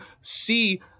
see